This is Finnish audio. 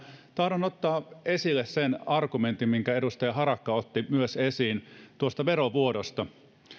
tahdon ottaa esille sen argumentin minkä edustaja harakka otti myös esiin tuosta verovuodosta